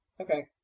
Okay